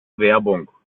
werbung